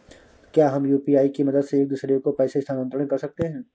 क्या हम यू.पी.आई की मदद से एक दूसरे को पैसे स्थानांतरण कर सकते हैं?